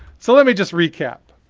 so let me just recap.